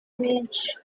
menshi